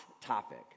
topic